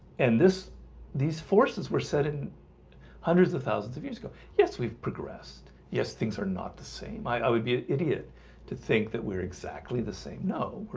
and this these forces were said in hundreds of thousands of years ago. yes, we've progressed. yes. things are not the same i i would be an idiot to think that we're exactly the same no,